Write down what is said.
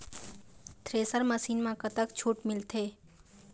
Thresher machine म कतक छूट मिलथे?